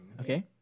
Okay